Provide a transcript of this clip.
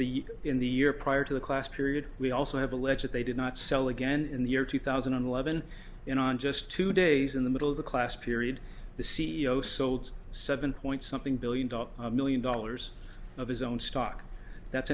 the in the year prior to the class period we also have alleged that they did not sell again in the year two thousand and eleven in on just two days in the middle of the class period the c e o sold seven point something billion dollars million dollars of his own stock that's